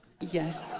Yes